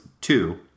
two